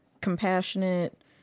Compassionate